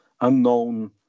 unknown